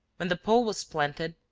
when the pole was planted,